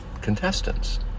contestants